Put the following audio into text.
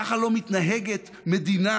ככה לא מתנהגת מדינה